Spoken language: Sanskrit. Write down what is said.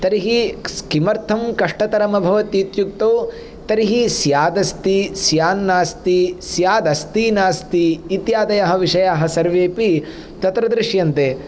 तर्हि किमर्थं कष्टतरमभवत् इत्युक्तौ तर्हि स्याद् अस्ति स्यान्नास्ति स्याद् अस्ति नास्ति इत्यादयः विषयः सर्वेऽपि तत्र दृश्यन्ते